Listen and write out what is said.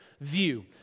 view